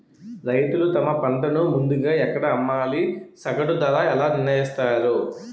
రైతులు తమ పంటను ముందుగా ఎక్కడ అమ్మాలి? సగటు ధర ఎలా నిర్ణయిస్తారు?